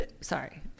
sorry